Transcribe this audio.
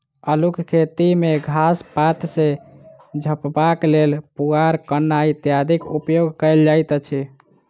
अल्लूक खेती मे घास पात सॅ झपबाक लेल पुआर, कन्ना इत्यादिक उपयोग कयल जाइत अछि